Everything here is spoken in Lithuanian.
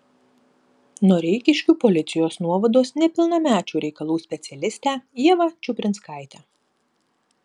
noreikiškių policijos nuovados nepilnamečių reikalų specialistę ievą čiuprinskaitę